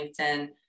linkedin